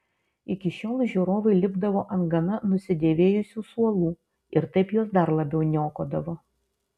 iki šiol žiūrovai lipdavo ant gana nusidėvėjusių suolų ir taip juos dar labiau niokodavo